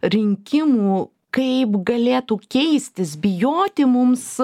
rinkimų kaip galėtų keistis bijoti mums